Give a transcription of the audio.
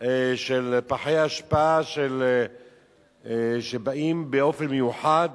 של פחי אשפה שבאות באופן מיוחד